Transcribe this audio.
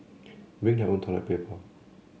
bring their own toilet paper